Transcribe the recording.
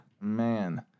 Man